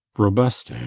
robust, ah?